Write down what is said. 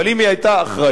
אבל אם היא היתה אחראית,